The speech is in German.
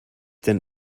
denn